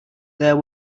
there